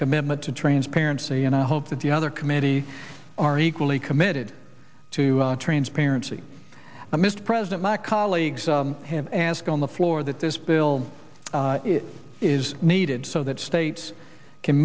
commitment to transparency and i hope that the other committee are equally committed to transparency mr president my colleagues have asked on the floor that this bill is needed so that states can